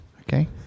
Okay